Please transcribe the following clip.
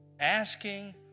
asking